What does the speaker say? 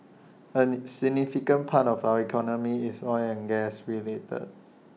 A significant part of our economy is oil and gas related